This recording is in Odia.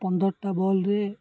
ପନ୍ଦରଟା ବଲ୍ରେ